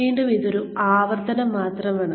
വീണ്ടും ഇത് ഒരു ആവർത്തനം മാത്രമാണ്